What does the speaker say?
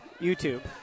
YouTube